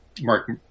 Mark